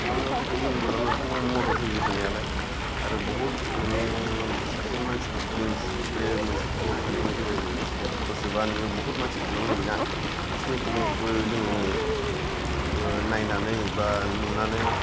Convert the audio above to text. खालामनायाव लोगो खालामनायावथ' मदद होयो होनायालाय आरो बहुथ नोङो सासे मानसिनि फिलिंस बे मोनसे फट सोनायनि गेजेरजों फट सोबा नोङो बहुथ मानथि खमेन्ट होयोना बिसिनि खमेन्ट खौबो जोङो नायनानै बा नुनानै